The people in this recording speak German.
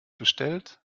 bestellt